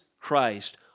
Christ